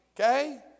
Okay